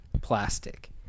plastic